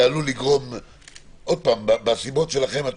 מהסיבות שלכם,